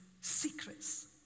secrets